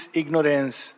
ignorance